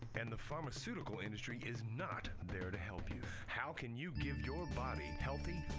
and the pharmaceutical industry is not there to help you. how can you give your body and healthy,